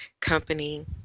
company